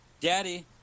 daddy